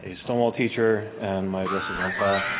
ah stonewall teacher and my address is on file.